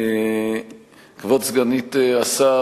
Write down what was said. כבוד סגנית השר,